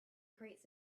creates